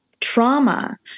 trauma